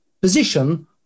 position